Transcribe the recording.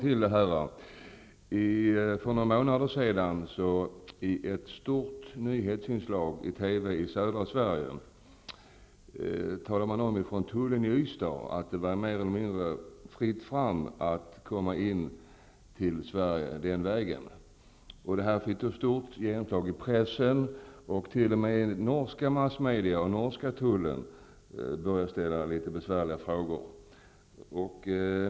I ett stort nyhetsinslag i TV i södra Sverige för några månader sedan talade man om från tullen i Ystad, att det var mer eller mindre fritt fram när det gällde att komma in till Sverige den vägen. Detta fick stort genomslag i pressen, och t.o.m. norska massmedia och den norska tullen började ställa litet besvärliga frågor.